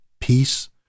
peace